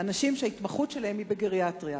אנשים שההתמחות שלהם היא גריאטריה.